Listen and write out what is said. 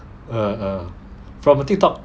err err for the tiktok